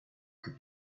could